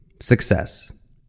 success